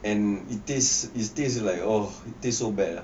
and it taste it taste like ugh it taste so bad